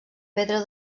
pedra